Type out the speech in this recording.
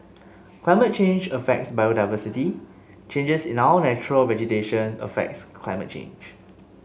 climate change affects biodiversity changes in our natural vegetation affects climate change